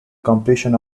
completion